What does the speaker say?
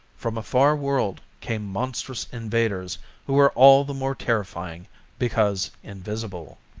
from a far world came monstrous invaders who were all the more terrifying because invisible.